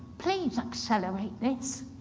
please accelerate this.